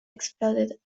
exploded